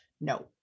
no